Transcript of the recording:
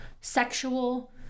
sexual